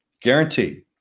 Guaranteed